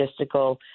logistical